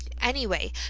Anyway